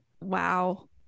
wow